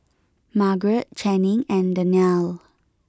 Margarette Channing and Danniel